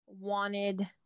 wanted